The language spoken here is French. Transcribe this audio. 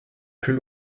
plus